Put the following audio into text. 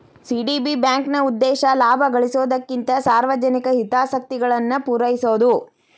CDB ಬ್ಯಾಂಕ್ನ ಉದ್ದೇಶ ಲಾಭ ಗಳಿಸೊದಕ್ಕಿಂತ ಸಾರ್ವಜನಿಕ ಹಿತಾಸಕ್ತಿಗಳನ್ನ ಪೂರೈಸೊದು